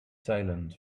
silent